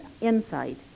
insight